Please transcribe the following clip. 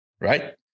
right